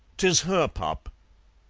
tis her pup.